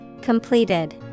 Completed